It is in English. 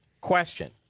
Question